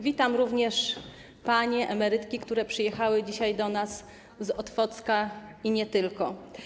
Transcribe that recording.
Witam również panie emerytki, które przyjechały dzisiaj do nas z Otwocka i nie tylko.